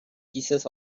pieces